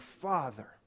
Father